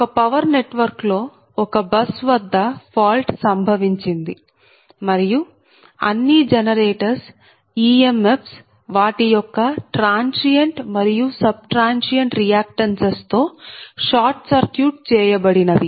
ఒక power network లో ఒక బస్ వద్ద ఫాల్ట్ సంభవించింది మరియు అన్నీ జనరేటర్స్ ఈఎంఎఫ్స్ వాటి యొక్క ట్రాన్సియెంట్ మరియు సబ్ ట్రాన్సియెంట్ రియాక్టన్సెస్ తో షార్ట్ సర్క్యూట్ చేయబడినవి